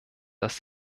dass